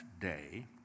day